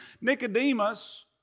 Nicodemus